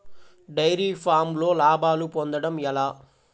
Dairy ఫామ్లో లాభాలు పొందడం ఎలా?